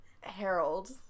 Harold